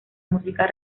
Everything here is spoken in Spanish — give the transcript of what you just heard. música